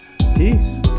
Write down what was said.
Peace